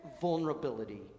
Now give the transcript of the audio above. vulnerability